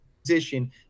position